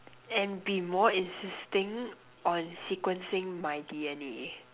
and be more insisting on sequencing my D_N_A